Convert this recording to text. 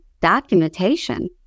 documentation